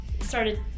started